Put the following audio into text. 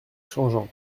changeant